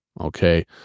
Okay